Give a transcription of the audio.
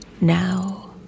now